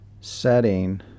setting